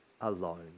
alone